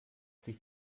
sich